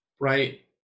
Right